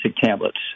tablets